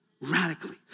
Radically